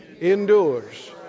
endures